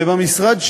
ובמשרד שלי,